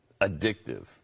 addictive